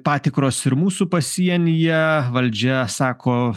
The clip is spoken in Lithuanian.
patikros ir mūsų pasienyje valdžia sako